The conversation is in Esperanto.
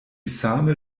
same